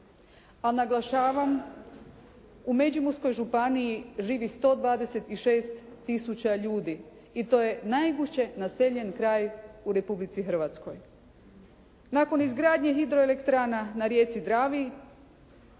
pa naglašavam u Međimurskoj županiji živi 126 000 ljudi i to je najgušće naseljen kraj u Republici Hrvatskoj. Nakon izgradnje hidro elektrana na rijeci Dravi